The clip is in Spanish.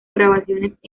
grabaciones